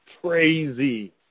crazy